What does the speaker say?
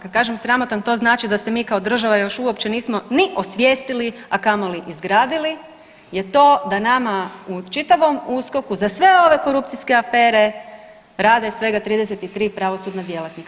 Kad kažem sramotan to znači da se mi kao država još uopće nismo ni osvijestili, a kamoli izgradili je to da nama u čitavom USKOK-u za sve ove korupcijske afere rade svega 33 pravosudna djelatnika.